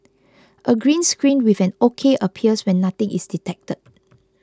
a green screen with an ok appears when nothing is detected